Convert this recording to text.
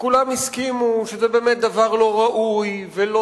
שכולם הסכימו שזה באמת דבר לא ראוי ולא